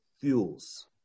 fuels